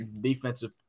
defensive